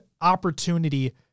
opportunity